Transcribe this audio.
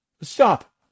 Stop